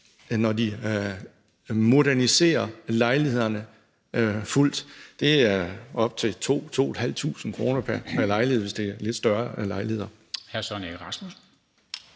når de moderniserer lejlighederne fuldt. Det er op til 2.000-2.500 kr. pr. lejlighed, hvis det er lidt større lejligheder. Kl. 17:45 Formanden